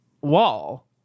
wall